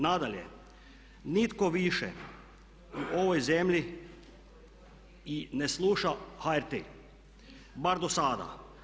Nadalje, nitko više u ovoj zemlji ne sluša HRT, bar do sada.